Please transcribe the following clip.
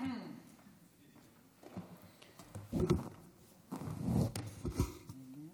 אדוני